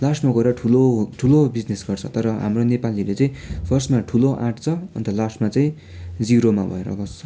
लास्टमा गएर ठुलो ठुलो बिजनेस गर्छ तर हाम्रो नेपालीहरूले चाहिँ फर्स्टमा ठुलो आँटछ अन्त लास्टमा चाहिँ जिरोमा भएर बस्छ